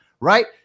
right